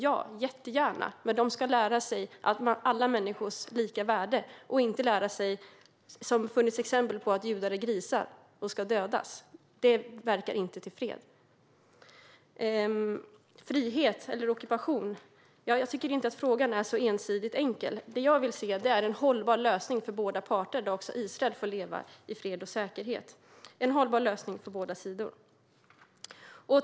Ja, jättegärna, men de ska lära sig alla människors lika värde och inte, som det funnits exempel på, att judar är grisar och ska dödas. Det bidrar inte till fred. Frihet eller ockupation? Jag tycker inte att frågan är så ensidig och enkel. Jag vill se en hållbar lösning för båda sidor, där också israeler får leva i fred och säkerhet.